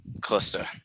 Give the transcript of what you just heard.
cluster